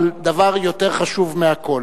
אבל דבר חשוב יותר מהכול: